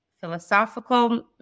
philosophical